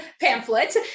pamphlet